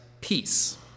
peace